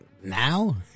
now